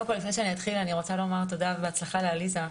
לפני שאני אתחיל אני רוצה לומר תודה ובהצלחה לעליזה.